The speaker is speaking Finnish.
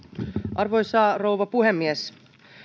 arvoisa rouva puhemies